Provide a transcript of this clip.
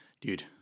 dude